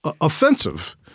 offensive